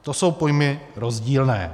To jsou pojmy rozdílné.